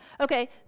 okay